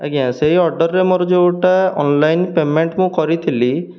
ଆଜ୍ଞା ସେଇ ଅର୍ଡ଼ର୍ରେ ମୋର ଯେଉଁଟା ଅନଲାଇନ୍ ପେମେଣ୍ଟ ମୁଁ କରିଥିଲି